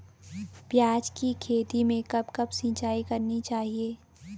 प्याज़ की खेती में कब कब सिंचाई करनी चाहिये?